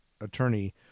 attorney